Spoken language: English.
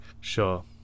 sure